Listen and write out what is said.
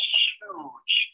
huge